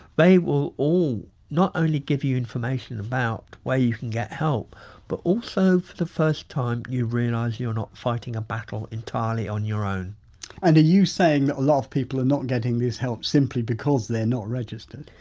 they will all not only give you information about where you can get help but also, for the first time, you realise you are not fighting a battle entirely on your own and are you saying that a lot of people are not getting this help simply because they're not registered?